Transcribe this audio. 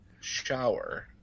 shower